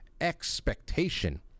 Expectation